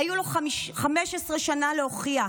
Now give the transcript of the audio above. היו לו 15 שנה להוכיח.